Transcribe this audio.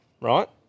Right